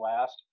last